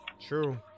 True